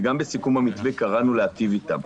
וגם בסיכום המתווה קראנו להיטיב איתם.